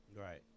right